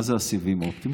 מה זה הסיבים האופטיים?